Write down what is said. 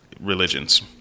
religions